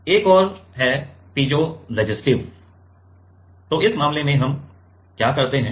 एक और हैपीज़ोरेसिस्टिव तो इस मामले में हम क्या करते हैं